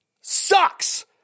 sucks